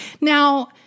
Now